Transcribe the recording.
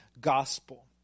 gospel